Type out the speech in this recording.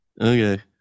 Okay